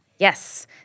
Yes